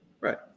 Right